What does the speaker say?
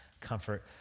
comfort